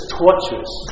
torturous